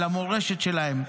אל המורשת שלהם,